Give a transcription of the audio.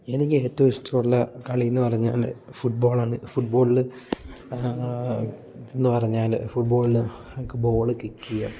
എനിക്ക് ഏറ്റവും ഇഷ്ടമുള്ള കളി എന്ന് പറഞ്ഞാൽ ഫുട്ബോളാണ് ഫുട്ബോളിൽ ഇത്ന്ന് പറഞ്ഞാൽ ഫുട്ബോളിൽ ബോള് കിക്ക് ചെയ്യുക